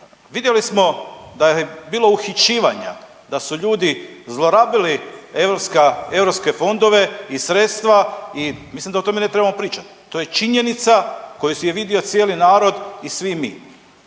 vidjeli smo da je bilo uhićivanja, da su ljudi zlorabili europska, europske fondove i sredstva i mislim da o tome ne trebamo pričat, to je činjenica koju je vidio cijeli narod i svi mi.